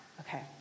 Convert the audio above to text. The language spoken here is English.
Okay